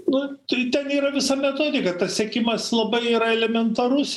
nu tai ten yra visa metodika tas sekimas labai yra elementarus